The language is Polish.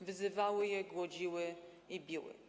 wyzywały, głodziły i biły je.